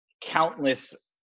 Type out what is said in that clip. countless